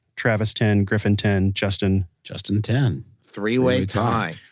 travis ten, griffin ten, justin, justin ten. three-way tie